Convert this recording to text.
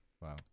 Wow